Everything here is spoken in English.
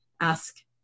ask